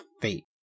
Fate